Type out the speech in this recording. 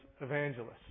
evangelists